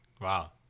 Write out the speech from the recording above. Wow